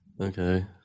Okay